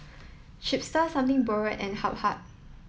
Chipster Something Borrowed and Habhal